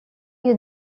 you